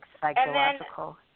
psychological